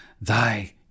Thy